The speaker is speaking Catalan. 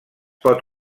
pot